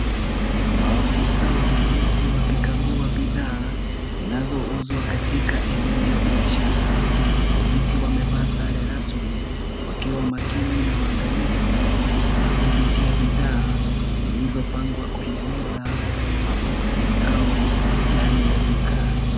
Maafisa wa polisi wakikagua bidhaa zinazouzwa katika eneo la biashara. Polisi wamevaa sare rasmi, wakiwa makini na waangalifu wanapopitia bidhaa zilizopangwa kwenye meza, moboksi au ndani ya duka.